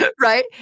Right